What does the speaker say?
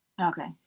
Okay